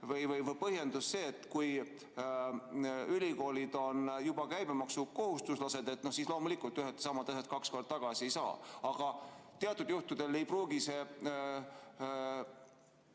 või põhjendus see, et kui ülikoolid on juba käibemaksukohustuslased, siis loomulikult ühed ja samad asjad kaks korda tagasi ei saa. Aga teatud juhtudel ei pruugi